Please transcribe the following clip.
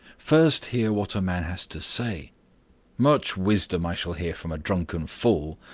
first hear what a man has to say much wisdom i shall hear from a drunken fool.